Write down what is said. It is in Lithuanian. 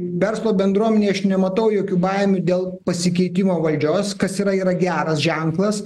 verslo bendruomenėjaš nematau jokių baimių dėl pasikeitimo valdžios kas yra yra geras ženklas